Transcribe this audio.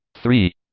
three